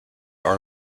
are